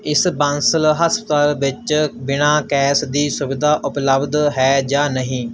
ਇਸ ਬਾਂਸਲ ਹਸਪਤਾਲ ਵਿੱਚ ਬਿਨਾਂ ਕੈਸ ਦੀ ਸੁਵਿਧਾ ਉਪਲੱਬਧ ਹੈ ਜਾਂ ਨਹੀਂ